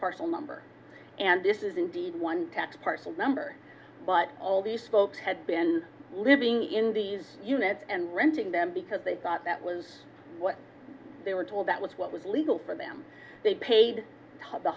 parcel number and this is indeed one tax parcel number but all these folks had been living in these units and renting them because they thought that was what they were told that was what was legal for them they paid the